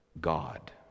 God